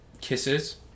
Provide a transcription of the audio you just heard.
kisses